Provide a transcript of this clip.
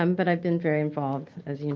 um but i've been very involved, as you know,